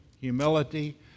humility